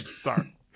Sorry